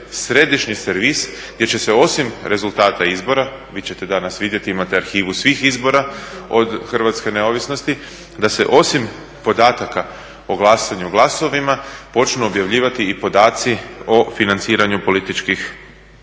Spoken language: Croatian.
središnji servis gdje će se osim rezultata izbora, vi ćete danas vidjeti imate arhivu svih izbora od hrvatske neovisnosti, da se osim podataka o glasanju i o glasovima počnu objavljivati i podaci o financiranju političkih